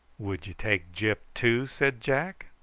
would you take gyp too? said jack.